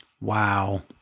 Wow